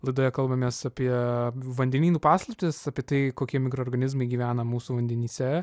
laidoje kalbamės apie vandenynų paslaptis apie tai kokie mikroorganizmai gyvena mūsų vandenyse